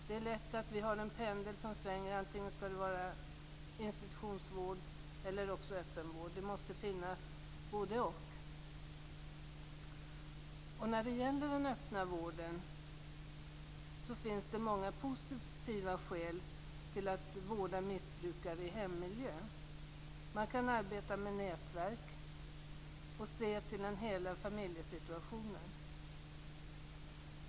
Det är lätt att pendeln svänger antingen mot institutionsvård eller mot öppenvård. Det måste finnas både-och. När det gäller den öppna vården finns det många positiva skäl för att vårda missbrukare i hemmiljö. Man kan arbeta med nätverk och se till hela familjesituationen.